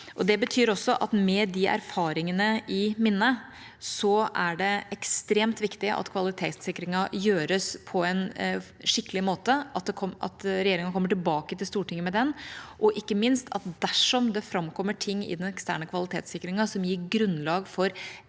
og kystvakt. Med de erfaringene i minne er det ekstremt viktig at kvalitetssikringen gjøres på en skikkelig måte, at regjeringa kommer tilbake til Stortinget med den, og – ikke minst – at dersom det framkommer ting i den eksterne kvalitetssikringen som gir grunnlag for